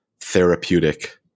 therapeutic